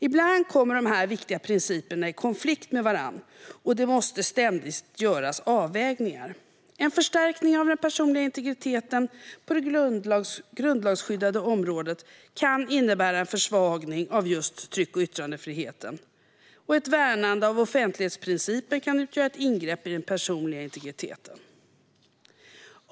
Ibland kommer de viktiga principerna i konflikt med varandra, och det måste ständigt göras avvägningar. En förstärkning av den personliga integriteten på det grundlagsskyddade området kan innebära en försvagning av just tryck och yttrandefriheten. Ett värnande av offentlighetsprincipen kan utgöra ett ingrepp i den personliga integriteten.